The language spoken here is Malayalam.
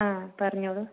ആ പറഞ്ഞോളു